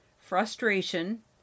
frustration